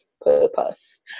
purpose